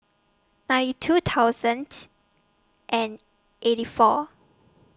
ninety two thousand and eighty four